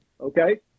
Okay